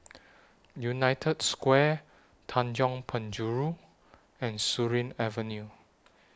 United Square Tanjong Penjuru and Surin Avenue